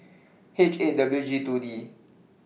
H eight W G two D